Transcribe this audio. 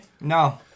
No